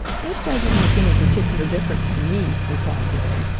it doesn't make any particular difference to me, replied billy.